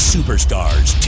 Superstars